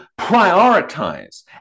prioritize